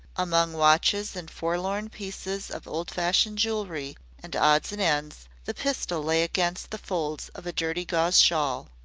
among watches and forlorn pieces of old-fashioned jewelry and odds and ends, the pistol lay against the folds of a dirty gauze shawl.